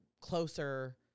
closer